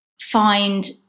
find